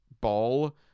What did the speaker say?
ball